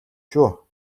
шүү